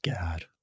God